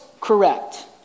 correct